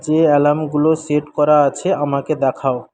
যে অ্যালার্মগুলো সেট করা আছে আমাকে দেখাও